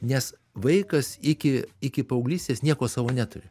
nes vaikas iki iki paauglystės nieko savo neturi